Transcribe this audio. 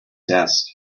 desk